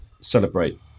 Celebrate